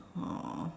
oh